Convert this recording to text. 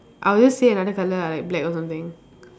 I will just say another colour ah like black or something